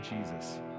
Jesus